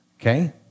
Okay